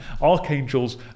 Archangels